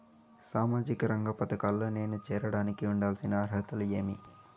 సామాజిక రంగ పథకాల్లో నేను చేరడానికి ఉండాల్సిన అర్హతలు ఏమి?